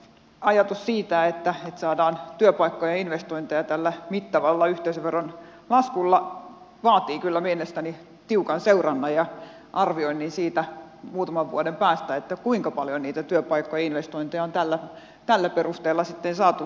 ajatus siitä että saadaan työpaikkoja ja investointeja tällä mittavalla yhteisöveron laskulla vaatii kyllä mielestäni tiukan seurannan ja arvioinnin siitä muutaman vuoden päästä kuinka paljon niitä työpaikkainvestointeja on tällä perusteella sitten saatu luotua